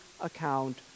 account